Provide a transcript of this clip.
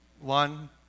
One